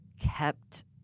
kept